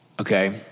okay